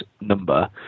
number